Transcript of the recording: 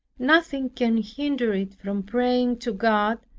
nothing can hinder it from praying to god,